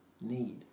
need